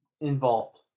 Involved